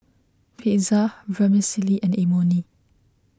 Pizza Vermicelli and Imoni